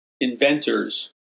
inventors